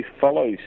follows